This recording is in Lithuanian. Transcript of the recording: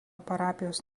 parapijos